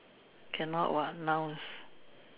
can not what nouns